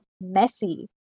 messy